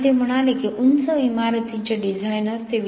आणि ते म्हणाले की उंच इमारतींचे डिझाइनर